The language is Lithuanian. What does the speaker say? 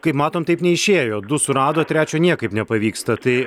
kai matom taip neišėjo du surado trečio niekaip nepavyksta tai